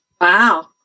Wow